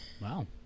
Wow